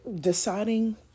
deciding